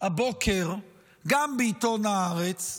הבוקר גם בעיתון הארץ,